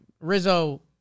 Rizzo